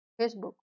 facebook